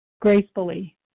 gracefully